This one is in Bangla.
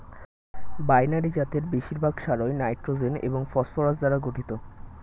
বাইনারি জাতের বেশিরভাগ সারই নাইট্রোজেন এবং ফসফরাস দ্বারা গঠিত